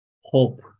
hope